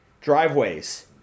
Driveways